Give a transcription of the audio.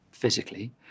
physically